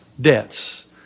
debts